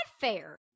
fair